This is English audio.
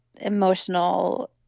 emotional